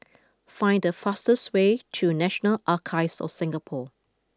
find the fastest way to National Archives of Singapore